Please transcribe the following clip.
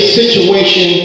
situation